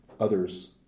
Others